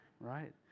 right